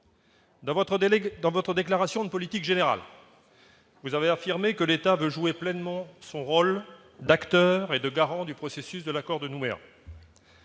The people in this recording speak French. dans votre déclaration de politique générale, vous avez affirmé que l'État de jouer pleinement son rôle d'acteur et de garant du processus de l'accord de Nouméa.